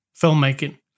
filmmaking